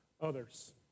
others